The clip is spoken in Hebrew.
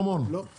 מי שברב-קו בוודאי.